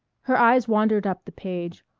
her eyes wandered up the page,